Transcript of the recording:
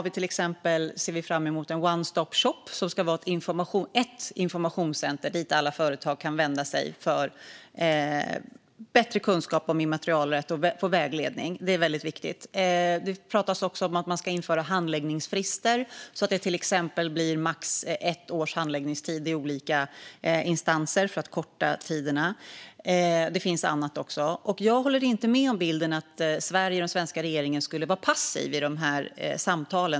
Vi ser fram emot One Stop Shop, som ska vara ett informationscenter dit alla företag kan vända sig för att få bättre kunskap och vägledning om immaterialrätt. Det är viktigt. Det pratas också om att införa handläggningsfrister så att det till exempel blir max ett års handläggningstid i olika instanser. Det finns annat också. Jag håller inte med om bilden att Sverige och den svenska regeringen skulle vara passiv i dessa samtal.